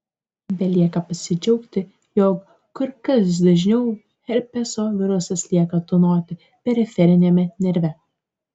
belieka pasidžiaugti jog kur kas dažniau herpeso virusas lieka tūnoti periferiniame nerve